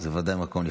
ולא יהיה כמו אורנה,